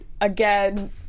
Again